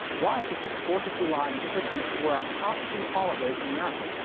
why is it that the fourth of july and christmas were our top two holidays in america?